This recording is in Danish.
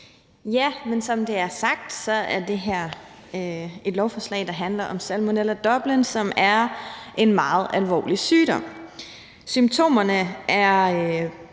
Som det er blevet sagt, er det her et lovforslag, der handler om Salmonella Dublin, som er en meget alvorlig sygdom. Symptomerne er